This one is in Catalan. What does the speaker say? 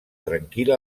tranquil